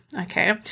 okay